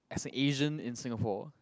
as an Asian in Singapore